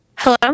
Hello